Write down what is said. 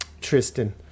Tristan